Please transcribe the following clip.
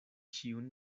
ĉiun